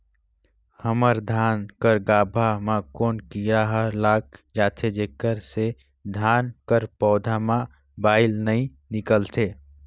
हमर धान कर गाभा म कौन कीरा हर लग जाथे जेकर से धान कर पौधा म बाएल नइ निकलथे?